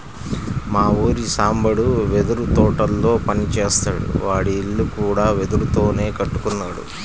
మా ఊరి సాంబడు వెదురు తోటల్లో పని జేత్తాడు, వాడి ఇల్లు కూడా వెదురుతోనే కట్టుకున్నాడు